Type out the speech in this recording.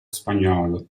spagnolo